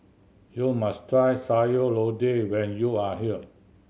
you must try Sayur Lodeh when you are here